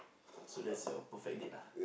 so that's your perfect date lah